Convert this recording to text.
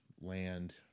land